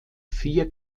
vier